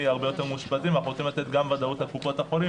משהו עד ה-101.5% הקופות משלמות.